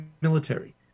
military